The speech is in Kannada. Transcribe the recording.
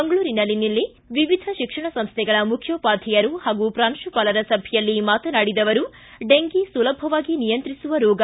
ಮಂಗಳೂರಿನಲ್ಲಿ ನಿನ್ನೆ ವಿವಿಧ ಶಿಕ್ಷಣ ಸಂಸ್ಟೆಗಳ ಮುಖ್ಯೋಪಾಧ್ಯಾಯರು ಹಾಗೂ ಪ್ರಾಂಶುಪಾಲರ ಸಭೆಯಲ್ಲಿ ಮಾತಾನಾಡಿದ ಅವರು ಡೆಂಗಿ ಸುಲಭವಾಗಿ ನಿಯಂತ್ರಿಸುವ ರೋಗ